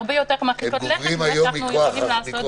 הרבה יותר מרחיקות לכת מאלה שאנחנו יכולים לעשות.